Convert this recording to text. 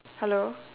hello